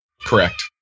Correct